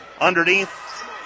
underneath